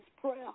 prayer